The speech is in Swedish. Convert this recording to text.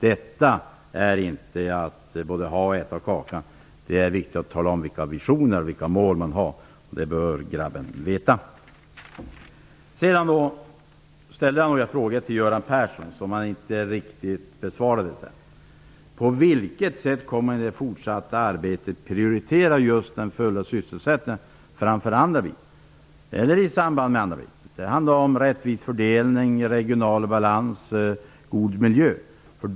Det är inte att både ha och äta kakan. Det är viktigt att tala om vilka visioner och mål som finns. Det bör grabben veta. Jag ställde några frågor till Göran Persson. Han besvarade dem inte. På vilket sätt kommer den fulla sysselsättningen att prioriteras framför annat i det fortsatta arbetet? Det handlar om rättvis fördelning, regional balans och god miljö.